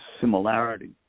similarity